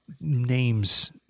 names